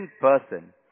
person